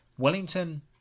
Wellington